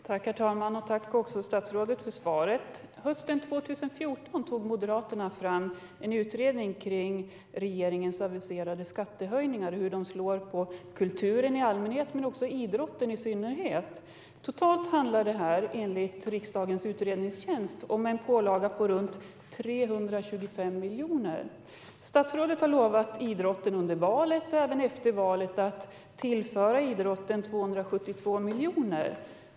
Herr talman! Tack för svaret, statsrådet! Hösten 2014 tog Moderaterna fram en utredning om hur regeringens aviserade skattehöjningar slår mot kulturen i allmänhet och idrotten i synnerhet. Totalt handlar det här, enligt riksdagens utredningstjänst, om en pålaga på runt 325 miljoner. Statsrådet har under och även efter valet lovat att tillföra idrotten 272 miljoner.